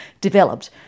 developed